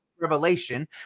Revelation